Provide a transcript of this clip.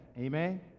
amen